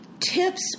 Tips